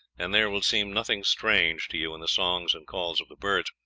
and there will seem nothing strange to you in the songs and calls of the birds.